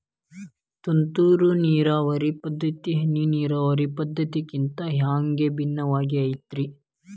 ತುಂತುರು ನೇರಾವರಿ ಪದ್ಧತಿ, ಹನಿ ನೇರಾವರಿ ಪದ್ಧತಿಗಿಂತ ಹ್ಯಾಂಗ ಭಿನ್ನವಾಗಿ ಐತ್ರಿ?